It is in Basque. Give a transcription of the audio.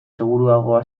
seguruagoa